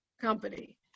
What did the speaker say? company